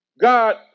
God